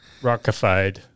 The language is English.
rockified